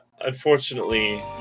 unfortunately